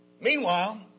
Meanwhile